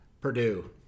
Purdue